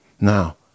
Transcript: Now